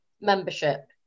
membership